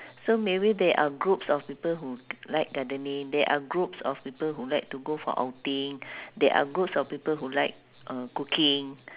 so maybe there are groups of people who like gardening there are groups of people who like to go for outing there are groups of people who like uh cooking